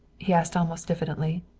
he asked almost diffidently.